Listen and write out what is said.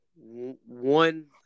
one